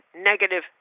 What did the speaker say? negative